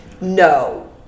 no